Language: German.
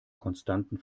konstanten